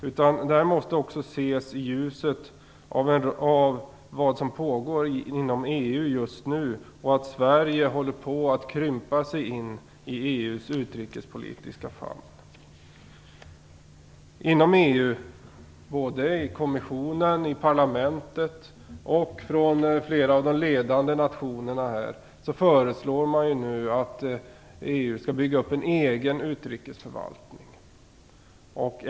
Detta måste också ses i ljuset av vad som pågår inom EU just nu. Sverige håller på att krympa sig in i EU:s utrikespolitiska famn. Inom EU, såväl i kommissionen, i parlamentet som från flera av de ledande nationerna, föreslår man att EU skall bygga upp en egen utrikesförvaltning.